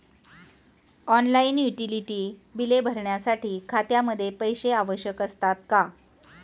Online utility बिले भरण्यासाठी खात्यामध्ये पैसे आवश्यक असतात का?